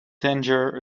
tangier